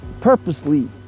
purposely